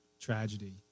tragedy